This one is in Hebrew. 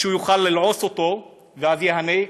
שיוכל ללעוס אותו ואז ייהנה,